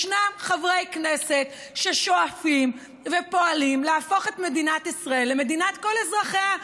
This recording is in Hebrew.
ישנם חברי כנסת ששואפים ופועלים להפוך את מדינת ישראל למדינת כל אזרחיה,